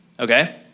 Okay